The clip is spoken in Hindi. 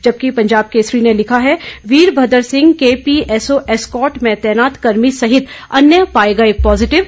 जबकि पंजाब केसरी ने लिखा है वीरभद्र सिंह के पीएसओ एस्कॉर्ट में तैनात कर्मी सहित अन्य पाए गए पॉजिटिव